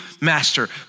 master